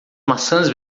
maçãs